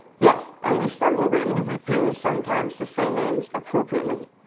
yes, and we stumble of it, and we refuse sometimes to say names appropriately.